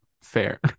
fair